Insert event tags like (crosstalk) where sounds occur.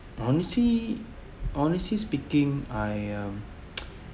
honestly honestly speaking I um (noise)